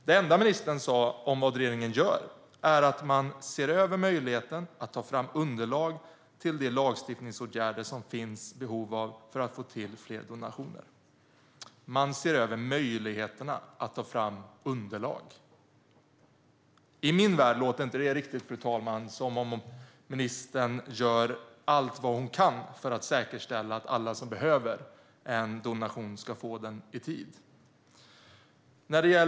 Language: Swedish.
Det enda ministern sa om vad regeringen gör är att man ser över möjligheten att ta fram underlag till de lagstiftningsåtgärder som det finns behov av för att få till fler donationer. Man ser över möjligheterna att ta fram underlag - detta låter i min värld inte riktigt som att ministern gör allt hon kan för att säkerställa att alla som behöver en donation ska få den i tid.